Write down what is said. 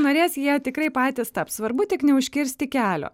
norės jie tikrai patys taps svarbu tik neužkirsti kelio